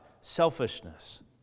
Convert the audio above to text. selfishness